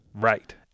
right